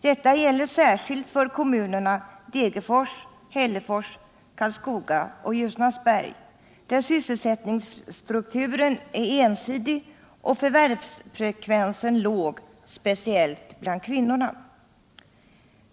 Detta gäller särskilt för kommunerna Degerfors, Hällefors, Karlskoga och Ljusnarsberg, där sysselsättningsstrukturen är ensidig och förvärvsfrekvensen låg, speciellt bland kvinnorna.